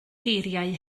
geiriau